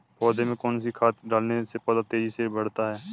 पौधे में कौन सी खाद डालने से पौधा तेजी से बढ़ता है?